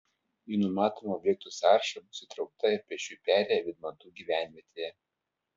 į numatomų objektų sąrašą bus įtraukta ir pėsčiųjų perėja vydmantų gyvenvietėje